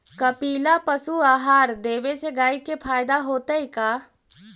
कपिला पशु आहार देवे से गाय के फायदा होतै का?